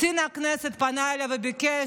קצין הכנסת פנה אליי וביקש,